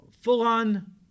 Full-on